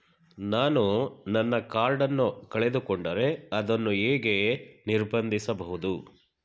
ನಾನು ನನ್ನ ಕಾರ್ಡ್ ಅನ್ನು ಕಳೆದುಕೊಂಡರೆ ಅದನ್ನು ಹೇಗೆ ನಿರ್ಬಂಧಿಸಬಹುದು?